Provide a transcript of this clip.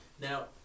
Now